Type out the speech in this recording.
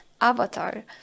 avatar